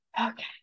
Okay